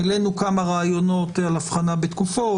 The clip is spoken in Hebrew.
העלינו כמה רעיונות על הבחנה בתקופות,